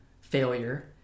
failure